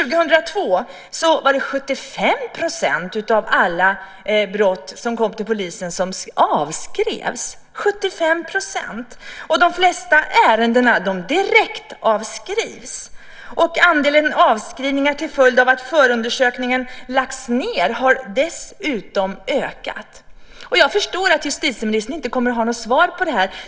År 2002 avskrevs 75 % av alla brott som anmäldes till polisen. De flesta ärenden direktavskrivs. Andelen avskrivningar till följd av att förundersökningen lagts ned har dessutom ökat. Jag förstår att justitieministern inte kommer att ha något svar på det.